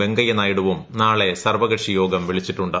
വെങ്കയ്യനായിഡുവും നാളെ സർവ്വകക്ഷിയോഗം വിളിച്ചിട്ടുണ്ട്